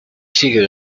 sigue